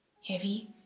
Heavy